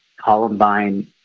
Columbine